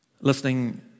listening